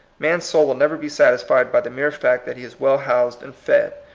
man's soul will never be satisfied by the mere fact that he is well housed and fed.